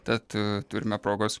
tad turime progos